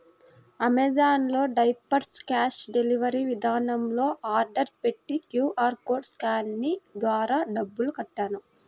Amazon లో diapers cash delivery విధానంలో order పెట్టి క్యూ.ఆర్ కోడ్ స్కానింగ్ ద్వారా డబ్బులు కట్టాను